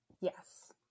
Yes